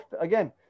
Again